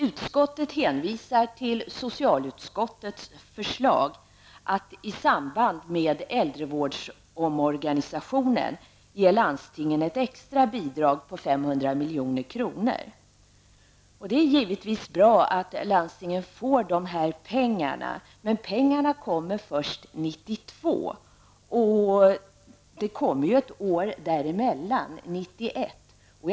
Utskottet hänvisar till socialutskottets förslag att i samband med omorganisationen av äldrevården ge landstingen ett extra bidrag på 500 milj.kr. Det är givetvis bra att landstingen får dessa pengar. Men pengarna kommer först 1992, och det blir ju ett år däremellan, 1991.